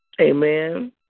Amen